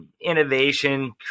innovation